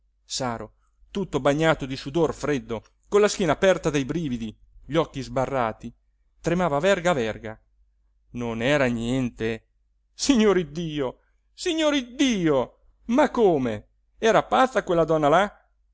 saro tutto bagnato di sudor freddo con la schiena aperta dai brividi gli occhi sbarrati tremava a verga a verga non era niente signore iddio signore iddio ma come era pazza quella donna là